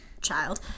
child